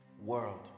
world